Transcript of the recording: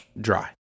dry